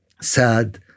sad